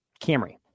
camry